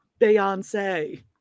Beyonce